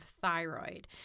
thyroid